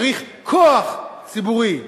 צריך כוח ציבורי.